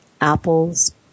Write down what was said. Apples